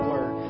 Word